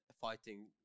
fighting